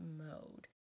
mode